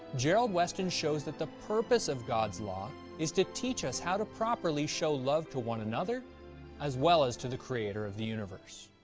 gerald weston shows that the purpose of god's law is to teach us how to properly show love to one another as well as to the creator of the universe.